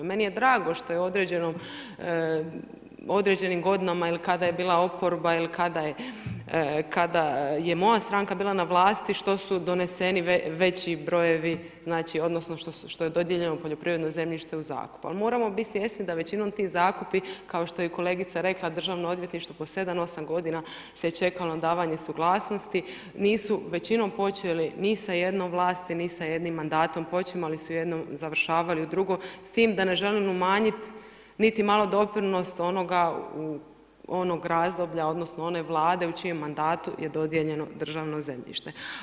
Meni je drago što je određenim godinama ili kada je bila oporba ili kada je moja stranka bila na vlasti što su doneseni veći brojevi odnosno što je dobijeljeno poljoprivredno zemljište u zakup, ali moramo biti svjesni da većinom ti zakupi, kao što je kolegica rekla državno odvjetništvo po sedam, osam godina se čekalo na davanje suglasnosti, nisu većinom počeli ni sa jednom vlasti, ni sa jednim mandatom, počimali su u jednom završavali u drugom, s tim da ne želim umanjiti niti malo doprinos onog razdoblja odnosno one vlade u čijem mandatu je dodijeljeno državno zemljište.